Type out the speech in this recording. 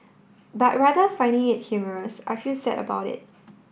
but rather finding it humorous I feel sad about it